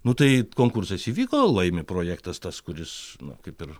nu tai konkursas įvyko laimi projektas tas kuris nu kaip ir